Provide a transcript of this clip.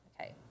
Okay